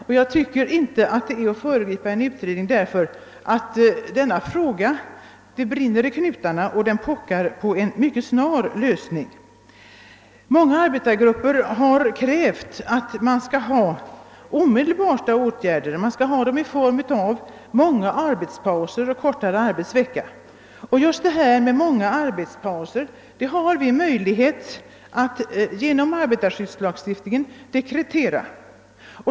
Men jag tycker inte att det innebär att man föregriper en utredning, om man gör eller säger något redan nu på den punkten. Det brinner i knutarna, och denna fråga pockar på en mycket snar lösning. Många arbetargrupper har krävt att man skall vidta omedelbara åtgärder i form av många arbetspauser och kortare arbetsvecka. Just dessa många arhbetspauser har vi möjlighet att dekretera genom arbetarskyddslagstiftningen.